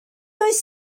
oes